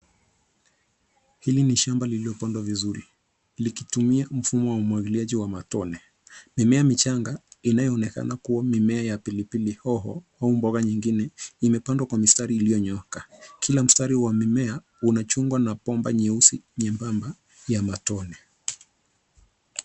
Hili ni shamba lililopandwa vizuri likitumia mfumo wa umwagiliaji wa matone, mimea michanga inayoonekana mimea ya pilipili hoho au mboga nyingine imepandwa kwa misatri iliyonyooka. Kila mstari wa mimea unachungwa na bomba nyeusi nyembamba ya matone.